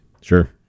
Sure